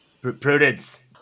prudence